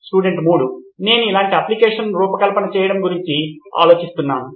student 3 నేను ఇలాంటి application ను రూపకల్పన చేయడం గురించి ఆలోచిస్తున్నాను